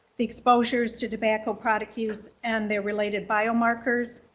the exposures to tobacco product use and their related biomarkers,